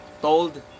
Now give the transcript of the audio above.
told